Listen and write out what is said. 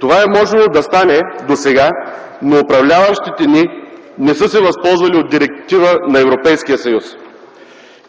Това е можело да стане досега, но управляващите ни не са се възползвали от Директива на Европейския съюз.